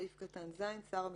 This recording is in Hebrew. סעיף (ז): "שר המשפטים,